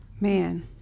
Man